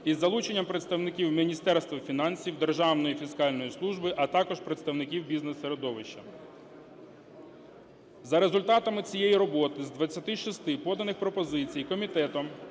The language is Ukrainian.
із залученням представників Міністерства фінансів, Державної фіскальної служби, а також представників бізнес-середовища. За результатами цієї роботи з 26 поданих пропозицій комітетом